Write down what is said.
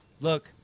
Look